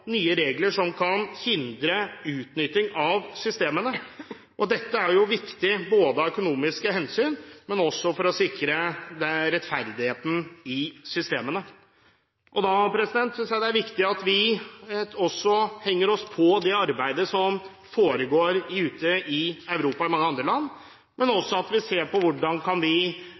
nye regler som kan hindre utnytting av systemene. Dette er viktig av økonomiske hensyn, men også for å sikre rettferdigheten i systemene. Da synes jeg det er viktig at vi henger oss på det arbeidet som foregår i mange andre land ute i Europa, men også at vi ser på hvordan vi kan sørge for at de velferdsgodene vi